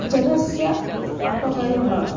जलस्य अपव्ययः